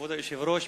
כבוד היושב-ראש,